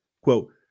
Quote